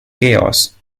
chaos